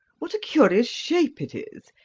what a curious shape it is!